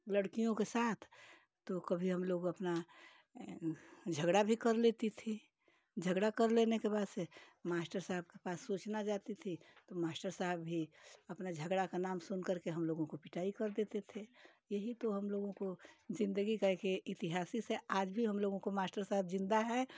लड़कियों के साथ तो कभी हम लोग अपना झगड़ा भी कर लेती थीं झगड़ा कर लेने के बाद से मास्टर साहब के पास सूचना जाती थी तो मास्टर साहब भी अपना झगड़ा का नाम सुनकर के हम लोगों को पिटाई कर देते थे यही तो हम लोगों को जिन्दगी का एक ये इतिहास से आज भी हम लोगों को मास्टर साहब जिन्दा हैं